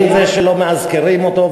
אם זה שלא מאזכרים אותו,